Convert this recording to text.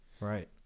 Right